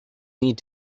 need